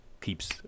keeps